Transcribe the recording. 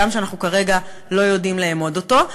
הגם שאנחנו כרגע לא יודעים לאמוד אותו.